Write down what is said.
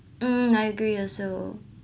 mm I agree also